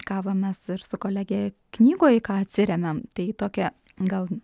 ką va mes ir su kolege knygoj į ką atsirėmėm tai į tokią gal